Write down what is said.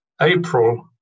April